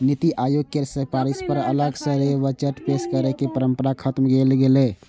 नीति आयोग केर सिफारिश पर अलग सं रेल बजट पेश करै के परंपरा कें खत्म कैल गेलै